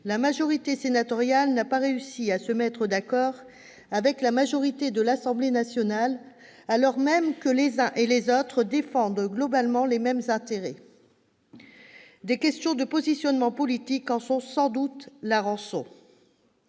la majorité sénatoriale n'a pas réussi à se mettre d'accord avec la majorité de l'Assemblée nationale, alors même que les uns et les autres défendent globalement les mêmes intérêts. Des questions de positionnement politique en sont sans doute la rançon.